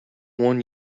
one